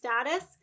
status